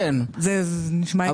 נראה לי, זה נשמע הגיוני.